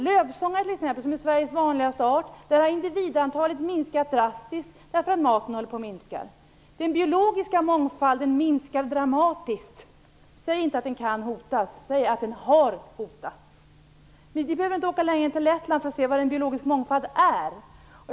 När det gäller lövsångare, som är Sveriges vanligaste art, har individantalet minskat drastiskt därför att maten håller på att ta slut. Den biologiska mångfalden minskar dramatiskt. Säg inte att den kan hotas, säg att den har hotats! Vi behöver inte åka längre än till Lettland för att se vad biologisk mångfald innebär.